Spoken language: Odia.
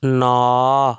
ନଅ